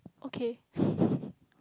okay